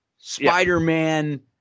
Spider-Man